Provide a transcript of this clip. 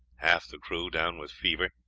half the crew down with fever,